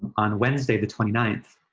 on wednesday, the twenty ninth,